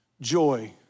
Joy